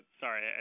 Sorry